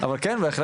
נעים מאוד,